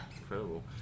Incredible